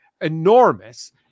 enormous